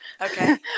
Okay